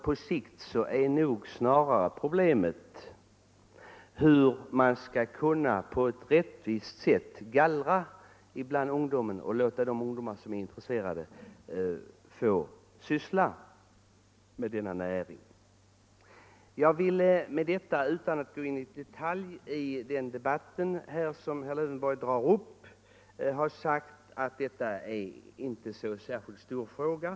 På sikt är problemet nog snarare hur man skall kunna på ett rättvist sätt gallra bland ungdomarna och låta dem som är intresserade få syssla med denna näring. Utan att gå in i detalj i den debatt som herr Lövenborg drog upp vill jag ha sagt att detta inte är en så särskilt stor fråga.